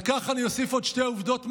על כך אני אוסיף עוד שתי עובדות מדהימות: